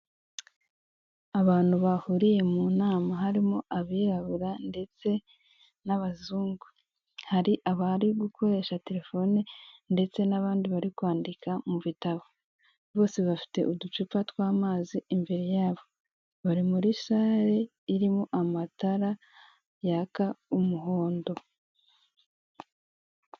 Abantu bahuriye mu nama harimo abirabura ndetse n'abazungu hari abari gukoresha terefone ndetse n'abandi bari kwandika mu bitabo, bose bafite uducupa tw'amazi imbere yabo bari muri sale irimo amatara yaka umuhondo.